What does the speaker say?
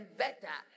better